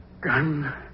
gun